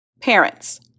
Parents